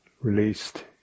released